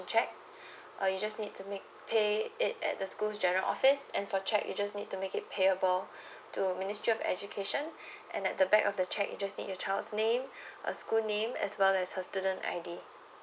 check uh you just need to make pay it at the school 's G_I_R_O office and for check you just need to make it payable to ministry of education and at the back of the check you just need your child's name school name as well as her student I D